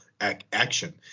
action